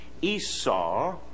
Esau